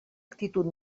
actitud